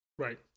Right